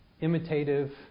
imitative